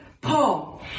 Paul